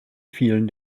fielen